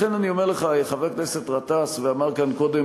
לכן אני אומר לך, חבר הכנסת גטאס, ואמר כאן קודם